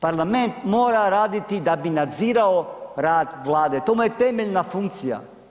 Parlament mora raditi da bi nadzirao rad vlade, to mu je temeljna funkcija.